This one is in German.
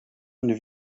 eine